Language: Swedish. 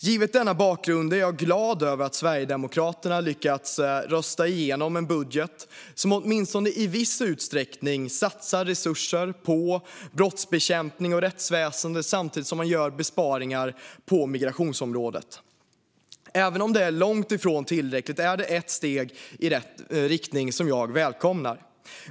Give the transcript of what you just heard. Givet denna bakgrund är jag glad över att Sverigedemokraterna lyckats rösta igenom en budget som åtminstone i viss utsträckning satsar resurser på brottsbekämpning och rättsväsen samtidigt som besparingar görs på migrationsområdet. Även om det är långt ifrån tillräckligt är det ett steg i rätt riktning, och jag välkomnar det.